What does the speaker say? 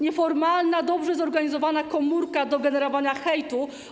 Nieformalna, dobrze zorganizowana komórka do generowania hejtu.